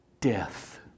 death